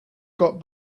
got